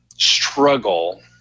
struggle